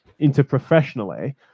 interprofessionally